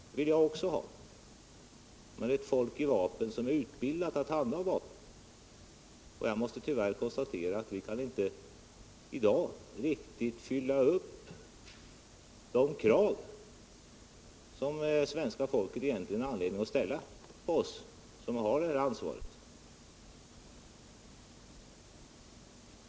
Det vill jag också ha, men ett folk i vapen som är utbildat att handha vapen. Och jag måste tyvärr konstatera att vi kan i dag inte riktigt uppfylla de krav som svenska folket egentligen har anledning att ställa på oss som har det här ansvaret.